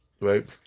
right